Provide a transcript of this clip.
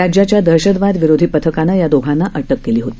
राज्याच्या दहशतवाद विरोधी पथकानं या दोघांना अटक केली होती